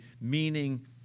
meaning